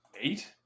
Eight